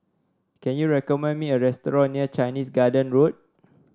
can you recommend me a restaurant near Chinese Garden Road